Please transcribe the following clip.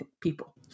people